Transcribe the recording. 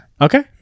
Okay